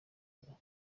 rwigara